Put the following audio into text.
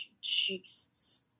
Jesus